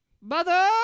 Mother